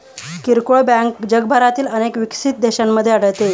किरकोळ बँक जगभरातील अनेक विकसित देशांमध्ये आढळते